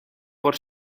por